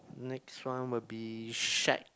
next round will be shack